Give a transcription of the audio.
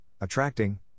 attracting